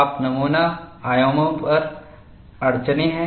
आप नमूना आयामों पर अड़चनें हैं